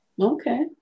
Okay